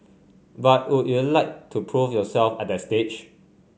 but would you like to prove yourself at that stage